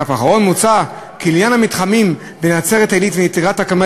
מוצע כי לעניין המתחמים בנצרת-עילית ובטירת-כרמל